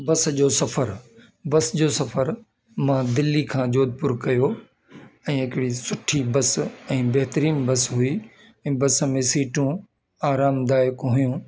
बस जो सफ़र बस जो सफ़र मां दिल्ली खां जोधपुर कयो ऐं हिकिड़ी सुठी बस ऐं बहितरीनु बस हुई ऐं बस में सीटूं आरामदायक हुइयूं